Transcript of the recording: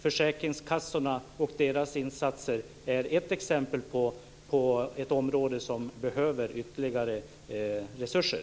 Försäkringskassornas insatser är ett exempel på ett område som behöver ytterligare resurser.